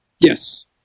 Yes